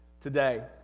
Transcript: today